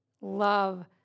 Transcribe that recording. love